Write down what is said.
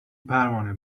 پروانه